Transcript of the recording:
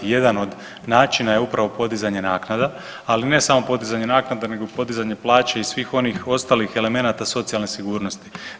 Jedan od načina je upravo podizanje naknada, ali ne samo podizanje naknada nego podizanje plaće i svih onih ostalih elemenata socijalne sigurnosti.